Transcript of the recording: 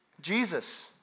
Jesus